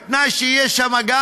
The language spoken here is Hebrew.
בתנאי שתהיה שם גם